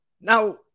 Now